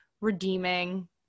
redeeming